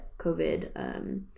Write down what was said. COVID